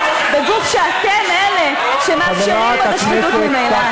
בגוף שאתם אלה שמאפשרים את השחיתות בו ממילא.